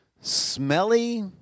smelly